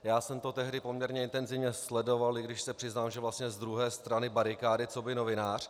Já jsem to tehdy poměrně intenzivně sledoval, i když se přiznám, že vlastně z druhé strany barikády coby novinář.